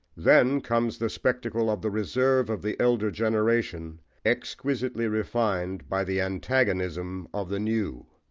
then comes the spectacle of the reserve of the elder generation exquisitely refined by the antagonism of the new.